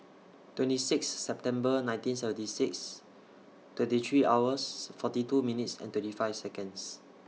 twenty six September nineteen seventy six twenty three hours forty two minutes and thirty five Seconds